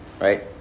Right